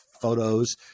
photos